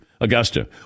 Augusta